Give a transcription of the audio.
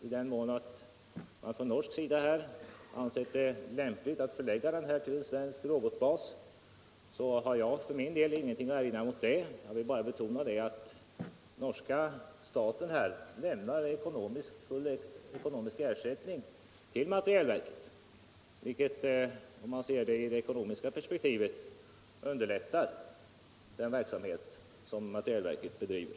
I den mån man från norsk sida anser det lämpligt att förlägga den till en svensk robotbas har jag för min del ingenting att erinra emot det. Jag vill bara understryka att norska staten lämnar full ekonomisk ersättning till materielverket, vilket — om man ser det i det eckonomiska perå;.»ektivel — underlättar den verksamhet som materielverket bedriver.